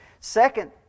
Second